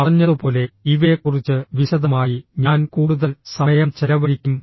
പറഞ്ഞതുപോലെ ഇവയെക്കുറിച്ച് വിശദമായി ഞാൻ കൂടുതൽ സമയം ചെലവഴിക്കും